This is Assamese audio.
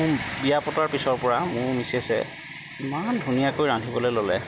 মোৰ বিয়া পতাৰ পিছৰ পৰা মোৰ মিছেছে ইমান ধুনীয়াকৈ ৰান্ধিবলৈ ল'লে